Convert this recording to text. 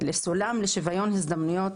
לסולם לשוויון הזדמנויות,